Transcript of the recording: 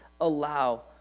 allow